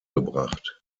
gebracht